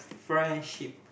friendship